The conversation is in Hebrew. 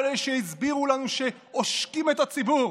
אלה שהסבירו לנו שעושקים את הציבור?